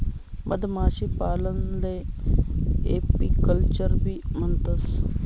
मधमाशीपालनले एपीकल्चरबी म्हणतंस